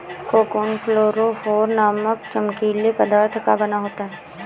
cocoon fluorophore नामक चमकीले पदार्थ का बना होता है